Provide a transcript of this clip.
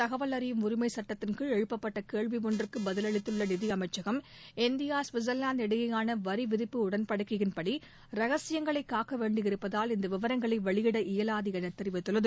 தகவல் அறியும் உரிமைச் சுட்டத்தின் கீழ் எழுப்பப்பட்ட கேள்வி ஒன்றுக்கு பதிலளித்துள்ள நிதி அமைச்சகம் இந்தியா ஸ்விட்சா்லாந்து இடையேயான வரி விதிப்பு உடன்படிக்கையின்படி ரகசியங்களை காக்க வேண்டியிருப்பதால் இந்த விவரங்களை வெளியிட இயலாது என தெரிவித்துள்ளது